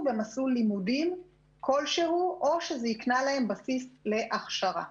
במסלול לימודים כלשהו או שזה הקנה להם בסיס להכשרה.